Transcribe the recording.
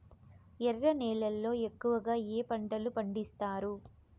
ఎర్ర నేలల్లో ఎక్కువగా ఏ పంటలు పండిస్తారు